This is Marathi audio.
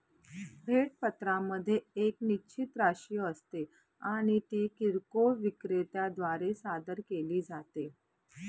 भेट पत्रामध्ये एक निश्चित राशी असते आणि ती किरकोळ विक्रेत्या द्वारे सादर केली जाते